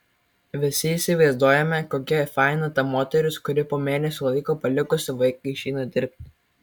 visi įsivaizduojame kokia faina ta moteris kuri po mėnesio laiko palikusi vaiką išeina dirbti